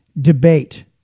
debate